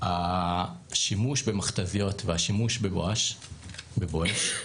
השימוש במכת"זיות והשימוש ב"בואש"